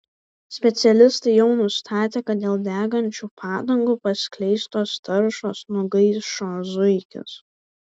specialistai jau nustatė kad dėl degančių padangų paskleistos taršos nugaišo zuikis